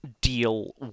deal